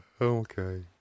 Okay